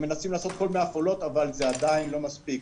מנסים לעשות כל מיני פעולות אבל זה עדיין לא מספיק.